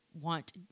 want